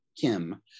Kim